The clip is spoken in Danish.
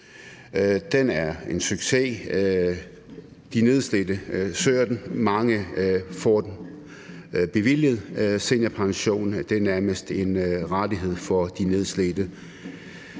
Den er en succes; de nedslidte søger den, og mange får den bevilget. Seniorpensionen er nærmest en rettighed for de nedslidte.